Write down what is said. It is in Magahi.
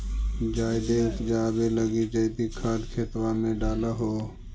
जायदे उपजाबे लगी जैवीक खाद खेतबा मे डाल हो?